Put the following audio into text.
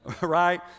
Right